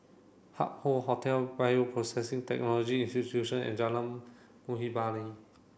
Hup Hoe Hotel Bioprocessing Technology Institution and Jalan Muhibbah